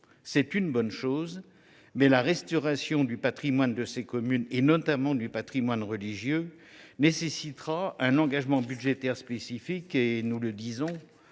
c’est une bonne chose. Néanmoins, la restauration du patrimoine de ces communes, notamment du patrimoine religieux, nécessitera un engagement budgétaire spécifique – nous le disons